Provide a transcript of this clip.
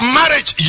marriage